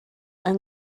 yng